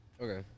Okay